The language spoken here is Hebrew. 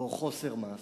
או חוסר מעשיו.